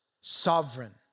sovereign